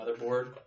motherboard